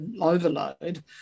overload